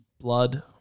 Blood